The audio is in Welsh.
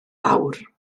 awr